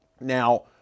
Now